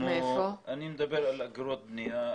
אני מדבר על אגרות בנייה,